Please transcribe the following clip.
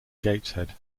gateshead